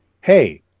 hey